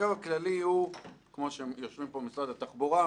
הקו הכללי הוא שיושבים פה משרד התחבורה,